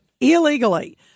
illegally